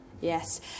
yes